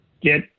get